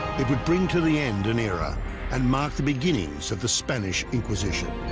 it would bring to the end an era and mark the beginnings of the spanish inquisition.